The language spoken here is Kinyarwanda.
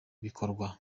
bikorwa